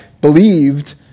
believed